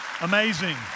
Amazing